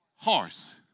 Horse